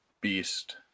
beast